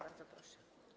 Bardzo proszę.